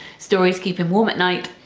stories keep him warm at night,